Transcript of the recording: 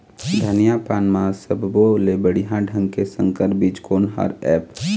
धनिया पान म सब्बो ले बढ़िया ढंग के संकर बीज कोन हर ऐप?